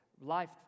life